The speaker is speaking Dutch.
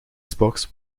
xbox